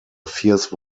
fierce